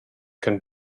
can